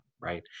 right